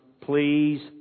please